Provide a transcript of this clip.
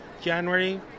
January